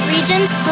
Regions